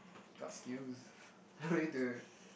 got skills free to